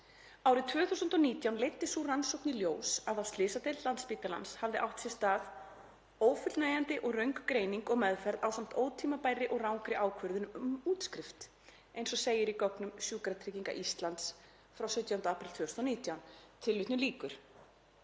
Árið 2019 leiddi sú rannsókn í ljós að á slysadeild Landspítalans hafði átt sér stað „ófullnægjandi og röng greining og meðferð ásamt ótímabærri og rangri ákvörðun um útskrift”, eins og segir í gögnum Sjúkratrygginga Íslands frá 17. apríl 2019.“ Þarna er